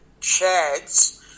chads